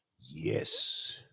Yes